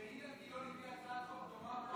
כשאילן גילאון הביא הצעת חוק דומה פה,